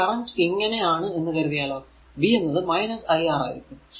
ഇനി കറന്റ് ഇങ്ങനെ ആണ് എന്ന് കരുതിയാലോ v എന്നത് iR ആയിരിക്കും